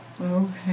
Okay